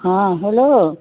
हँ हेलो